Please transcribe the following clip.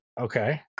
Okay